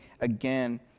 again